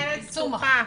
אתה מתפרץ לדלת פתוחה.